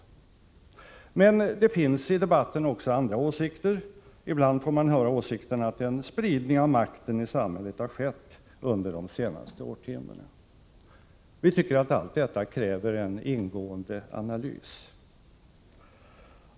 Men det finns i debatten också andra åsikter. Ibland får man höra sägas att en spridning av makten i samhället har skett under de senaste årtiondena. Vi tycker att allt detta kräver en ingående analys.